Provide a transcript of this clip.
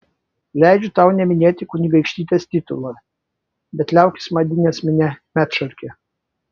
leidžiu tau neminėti kunigaikštytės titulo bet liaukis vadinęs mane medšarke